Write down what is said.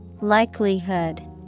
Likelihood